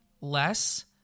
less